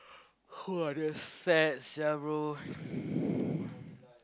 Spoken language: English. !wah! they're sad sia bro